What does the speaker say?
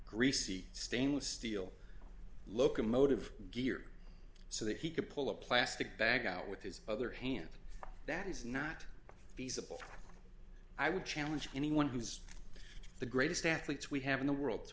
greasy stainless steel locomotive gear so that he could pull a plastic bag out with his other hand that is not feasible i would challenge anyone who is the greatest athletes we have in the world to